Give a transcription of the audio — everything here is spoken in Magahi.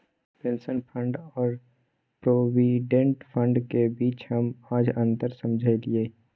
पेंशन फण्ड और प्रोविडेंट फण्ड के बीच हम आज अंतर समझलियै